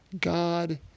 God